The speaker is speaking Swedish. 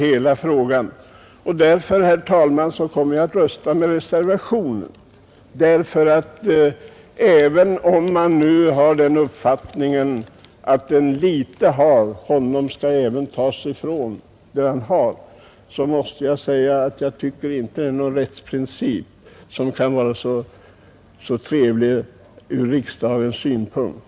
Jag kommer att rösta för reservationen, herr talman. Även om man anser att den som litet har, honom skall även tagas ifrån det han har, så är det ju ändå inte någon trevlig rättsprincip ur riksdagens synpunkt.